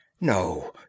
No